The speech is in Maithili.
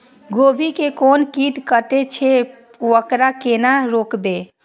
गोभी के कोन कीट कटे छे वकरा केना रोकबे?